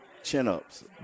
chin-ups